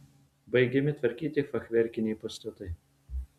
baigiami tvarkyti fachverkiniai pastatai